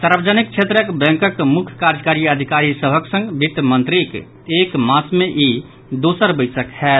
सार्वजनिक क्षेत्रक बैंकक मुख्य कार्यकारी अधिकारी सभक संग वित्त मंत्रीक एक मास मे ई दोसर बैसक होयत